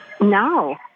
No